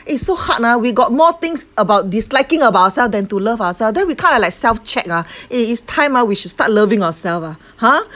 eh so hard ah we got more things about disliking about ourself than to love ourself then we kind of like self-check ah eh it's time ah we should start loving ourself ah ha